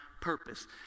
purpose